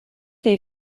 they